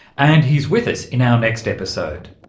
and he's with us in our next episode.